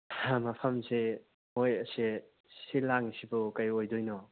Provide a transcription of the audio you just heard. ꯁ꯭ꯋꯥꯏ ꯃꯐꯝꯁꯦ ꯃꯣꯏ ꯑꯁꯦ ꯁꯤꯜ ꯂꯥꯡꯉꯤꯁꯤꯕꯨ ꯀꯩ ꯑꯣꯏꯗꯣꯏꯅꯣ